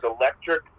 electric